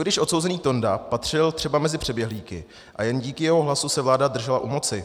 Co když odsouzený Tonda patřil třeba mezi přeběhlíky a jen díky jeho hlasu se vláda držela u moci?